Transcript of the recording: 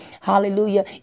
Hallelujah